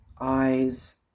Eyes